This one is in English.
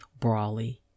Brawley